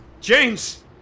James